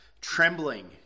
trembling